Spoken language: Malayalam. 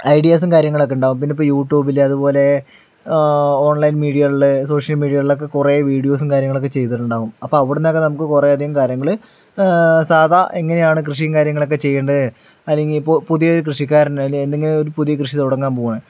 ഐഡിയാസും കാര്യങ്ങളൊക്കെ ഉണ്ടാവും പിന്നേ ഇപ്പോൾ യൂട്യൂബില് അതുപോലേ ഓൺലൈൻ മീഡിയകളില് സോഷ്യൽ മീഡിയകളിലൊക്കേ കുറേ വീഡിയോസും കാര്യങ്ങളൊക്കേ ചെയ്തിട്ടുണ്ടാവും അപ്പോൾ അവിടുന്നൊക്കേ നമുക്ക് കുറേയധികം കാര്യങ്ങള് സാധാ എങ്ങനെയാണ് കൃഷിയും കാര്യങ്ങളൊക്കേ ചെയ്യേണ്ടത് അല്ലെങ്കിൽ ഇപ്പോൾ പുതിയൊരു കൃഷിക്കാരൻ അതില് എന്തെങ്കിലും ഒരു പുതിയ കൃഷി തുടങ്ങാൻ പോകുവാണ്